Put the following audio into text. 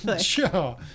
Sure